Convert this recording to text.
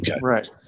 Right